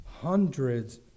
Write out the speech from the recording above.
hundreds